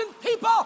people